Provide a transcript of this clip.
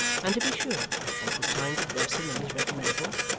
and to be sure, when it was time to dress him in his regimentals,